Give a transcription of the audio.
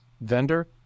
vendor